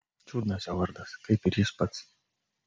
čiudnas jo vardas kaip ir jis pats